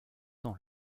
dans